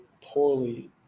poorly